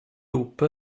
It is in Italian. loop